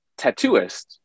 tattooist